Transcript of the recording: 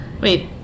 Wait